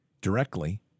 directly